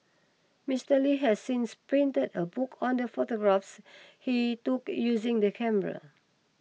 Mister Li has since printed a book on the photographs he took using the camera